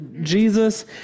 Jesus